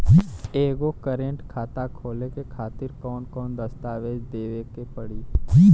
एगो करेंट खाता खोले खातिर कौन कौन दस्तावेज़ देवे के पड़ी?